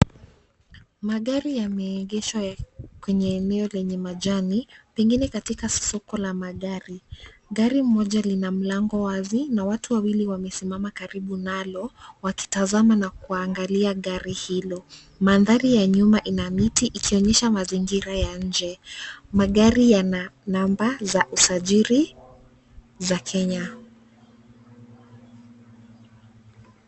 Magari yameegeshwa kwenye eneo lenye majani pengine katika soko la magari. Gari moja lina mlango wazi na watu wawili wamesimama karibu nalo wakitazama na kuangalia gari hilo. Mandhari ya nyuma ina miti ikionyesha mazingira ya nje. Magari yana namba za usajili za Kenya.